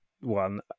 one